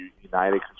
united